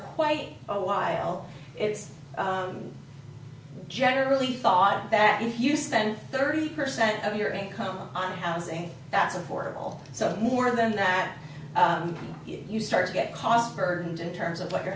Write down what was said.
quite a while it's generally thought that if you spend thirty percent of your income on housing that's affordable so more than that you start to get cost burdens in terms of like your